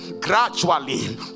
gradually